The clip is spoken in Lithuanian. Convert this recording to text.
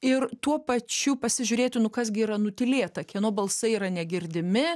ir tuo pačiu pasižiūrėti nu kas gi yra nutylėta kieno balsai yra negirdimi